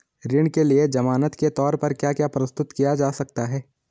ऋण के लिए ज़मानात के तोर पर क्या क्या प्रस्तुत किया जा सकता है?